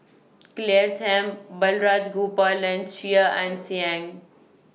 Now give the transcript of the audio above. Claire Tham Balraj Gopal and Chia Ann Siang